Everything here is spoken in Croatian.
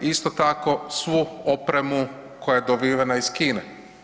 Isto tako svu opremu koja je dobivena iz Kine.